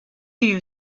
you